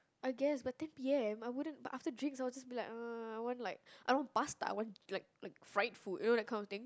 I guess but ten P_M I wouldn't but after drinks I'll just be like ah I want like I don't want pasta I want like like fried food you know that kind of thing